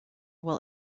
will